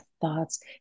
thoughts